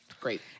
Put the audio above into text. Great